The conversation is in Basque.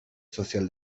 sozial